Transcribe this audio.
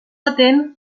atent